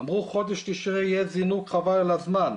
אמרו חודש תשרי יהיה זינוק חבל על הזמן,